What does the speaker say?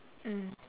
mm